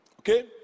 Okay